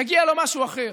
מגיע לו משהו אחר.